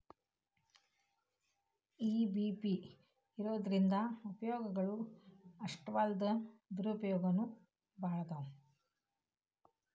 EBP ಇರೊದ್ರಿಂದಾ ಉಪಯೊಗಗಳು ಅಷ್ಟಾಲ್ದ ದುರುಪಯೊಗನೂ ಭಾಳದಾವ್